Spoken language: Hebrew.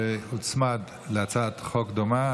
שהצמיד הצעת חוק דומה,